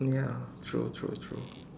ya true true true